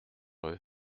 eux